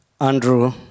Andrew